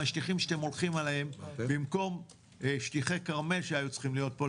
השטיחים שאתם דורכים עליהם במקום שטיחי "כרמל" שהיו צריכים להיות פה,